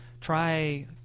try